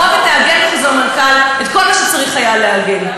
בוא ותעגן בחוזר מנכ"ל את כל מה שצריך היה לעגן.